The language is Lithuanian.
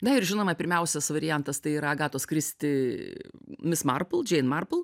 na ir žinoma pirmiausias variantas tai yra agatos kristi mis marpl džein marpl